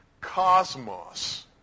cosmos